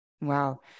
Wow